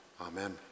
Amen